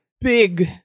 big